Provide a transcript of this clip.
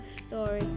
story